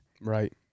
Right